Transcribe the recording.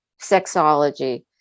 sexology